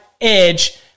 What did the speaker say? edge